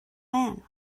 man